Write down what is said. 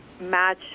match